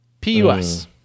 P-U-S